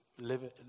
live